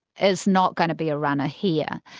is not going to be a runner here.